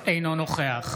אינו נוכח